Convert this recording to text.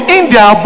india